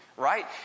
Right